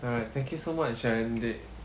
alright thank you so much and it